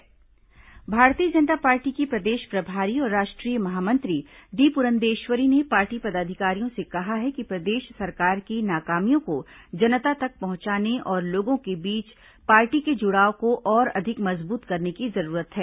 भाजपा बैठक भारतीय जनता पार्टी की प्रदेश प्रभारी और राष्ट्रीय महामंत्री डी प्रंदेश्वरी ने पार्टी पदाधिकारियों से कहा है कि प्रदेश सरकार की नाकामियों को जनता तक पहंचाने और लोगों के बीच पार्टी के जुड़ाव को और अधिक मजबूत करने की जरूरत है